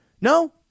No